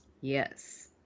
Yes